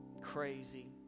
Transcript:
crazy